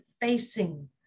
facing